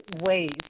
ways